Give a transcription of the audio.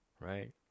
right